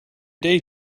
day